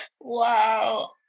Wow